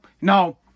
no